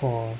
!wah!